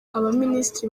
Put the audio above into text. abaminisitiri